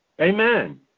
amen